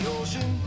ocean